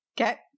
Okay